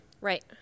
Right